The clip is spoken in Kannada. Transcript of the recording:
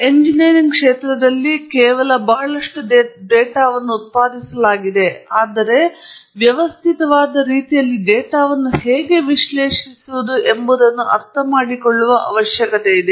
ಎಂಜಿನಿಯರಿಂಗ್ ಕ್ಷೇತ್ರದಲ್ಲಿ ಕೇವಲ ಬಹಳಷ್ಟು ಡೇಟಾವನ್ನು ಉತ್ಪಾದಿಸಲಾಗಿದೆ ಆದರೆ ವ್ಯವಸ್ಥಿತವಾದ ರೀತಿಯಲ್ಲಿ ಡೇಟಾವನ್ನು ಹೇಗೆ ವಿಶ್ಲೇಷಿಸುವುದು ಎಂಬುದನ್ನು ಅರ್ಥಮಾಡಿಕೊಳ್ಳುವ ಅವಶ್ಯಕತೆ ಇದೆ